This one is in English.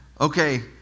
okay